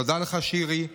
תודה לך, שירי.